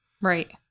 Right